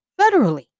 federally